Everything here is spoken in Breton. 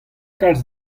kalz